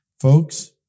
Folks